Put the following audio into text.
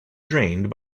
drained